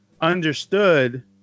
understood